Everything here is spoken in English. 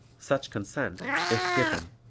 such consent, if given,